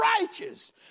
righteous